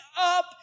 up